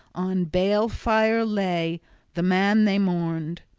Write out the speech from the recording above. on balefire lay the man they mourned.